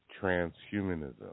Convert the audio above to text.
transhumanism